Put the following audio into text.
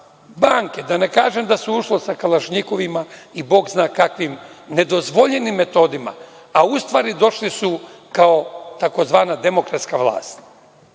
banke, da ne kažem da su ušli sa kalašnjikovima i Bog zna kakvim nedozvoljenim metodima, a u stvari došli su kao tzv. demokratstva vlast. Ja